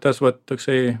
tas vat toksai